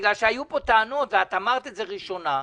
בגלל שהיו פה טענות ואת אמרת את זה ראשונה,